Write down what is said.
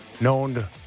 known